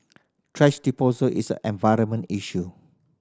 thrash disposal is an environmental issue